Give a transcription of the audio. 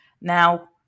Now